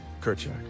Kerchak